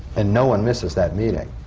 and no one misses that meeting.